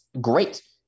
great